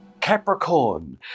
Capricorn